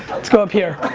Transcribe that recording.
let's go up here.